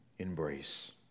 embrace